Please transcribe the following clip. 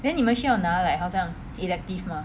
then 你们需要拿 like 好像 elective mah